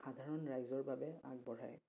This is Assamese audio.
সাধাৰণ ৰাইজৰ বাবে আগবঢ়ায়